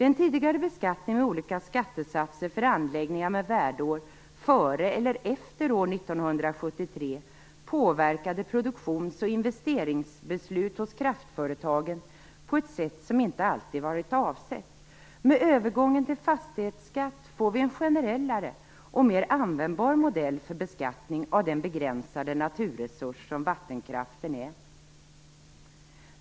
Den tidigare beskattningen med olika skattesatser för anläggningar med värdeår före eller efter år 1973 påverkade produktions och investeringsbeslut hos kraftföretagen på ett sätt som inte alltid varit avsett. Med övergången till en fastighetsskatt får vi en generellare och mer användbar modell för beskattning av den begränsade naturresurs som vattenkraften är.